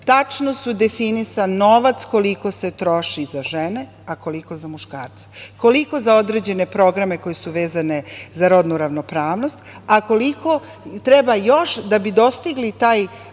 Tačno su definisan novac, koliko se troši za žene a koliko za muškarce, koliko za određene programe koji su vezani za rodnu ravnopravnost a koliko treba još da bi dostigli taj